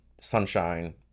sunshine